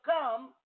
come